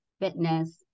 fitness